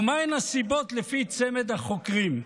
ומהן הסיבות, לפי צמד החוקרים?